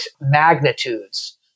magnitudes